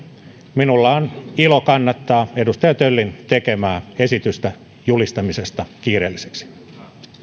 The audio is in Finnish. minulla on ilo kannattaa edustaja töllin tekemää esitystä julistamisesta kiireelliseksi